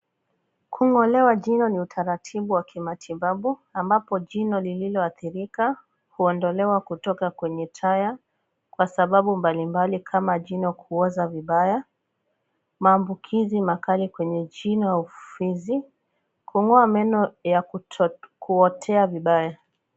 Kungolewa jino ni utaratibu wa matibabu ambapo jino lililoathirika huondolewa kutoka kwenye taa ya kwa sababu mbalimbali kama jino kuoza vibaya maambukizi makali kwenye jino la ufizi kung'oa meno ya kuotea vibaya.